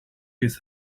his